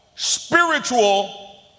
Spiritual